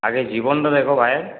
আগে জীবনটা দেখো ভায়ের